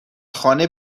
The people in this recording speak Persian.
خانه